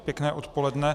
Pěkné odpoledne.